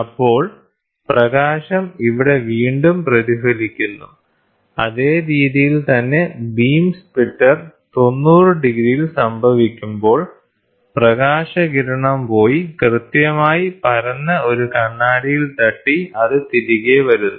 അപ്പോൾ പ്രകാശം ഇവിടെ വീണ്ടും പ്രതിഫലിക്കുന്നു അതേ രീതിയിൽ തന്നെ ബീം സ്പ്ലിറ്റർ 90 ഡിഗ്രിയിൽ സംഭവിക്കുമ്പോൾ പ്രകാശകിരണം പോയി കൃത്യമായി പരന്ന ഒരു കണ്ണാടിയിൽ തട്ടി അത് തിരികെ വരുന്നു